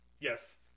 Yes